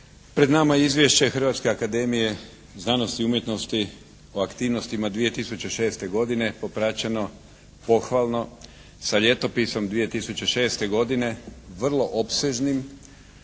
Pred nama je Izvješće Hrvatske akademije znanosti i umjetnosti o aktivnostima 2006. godine popraćeno pohvalno sa ljetopisom 2006. godine, vrlo opsežnim